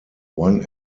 one